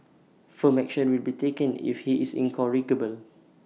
firm action will be taken if he is incorrigible